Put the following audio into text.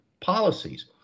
policies